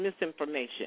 misinformation